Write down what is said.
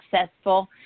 successful